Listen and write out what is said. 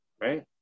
right